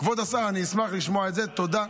כבוד השר, אני אשמח לשמוע את זה, תודה.